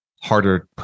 harder